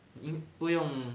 uh 不用